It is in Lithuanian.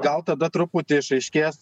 gal tada truputį išaiškės